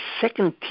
second